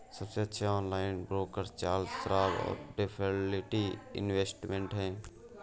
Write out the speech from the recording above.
सबसे अच्छे online broker Charles Schwab और फिडेलिटी इन्वेस्टमेंट हैं